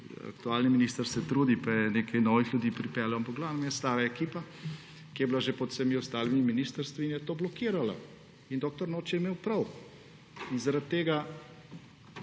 aktualni minister trudi in je nekaj novih ljudi pripeljal –v glavnem stara ekipa, ki je bila že pod vsemi ostalimi ministrstvi, in je to blokirala. In dr. Noč je imel prav. Zato tega